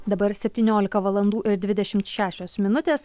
dabar septyniolika valandų ir dvidešimt šešios minutės